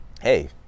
hey